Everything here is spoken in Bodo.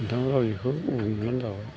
नोंथांमोनहा बिखौ बुंबानो जाबाय